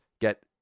get